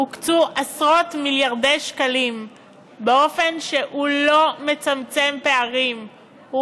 הוקצו עשרות-מיליארדי שקלים באופן שאינו מצמצם פערים,